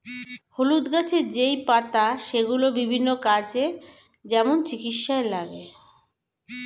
হলুদ গাছের যেই পাতা সেগুলো বিভিন্ন কাজে, যেমন চিকিৎসায় লাগে